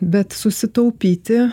bet susitaupyti